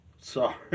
Sorry